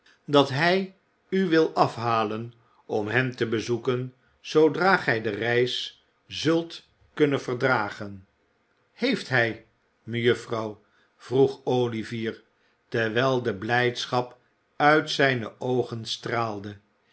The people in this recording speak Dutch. dat hij u wil afhalen om hen te bezoeken zoodra gij de reis zult kunnen verdragen heeft hij mejuffrouw vroeg olivier terwijl de blijdschap uit zijne oogen straalde